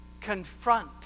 confront